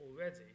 already